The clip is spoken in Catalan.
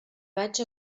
vaig